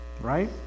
right